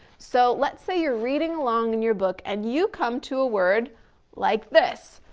so let's say you're reading along in your book and you come to a word like this.